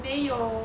没有